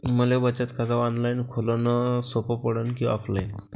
मले बचत खात ऑनलाईन खोलन सोपं पडन की ऑफलाईन?